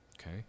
okay